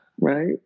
right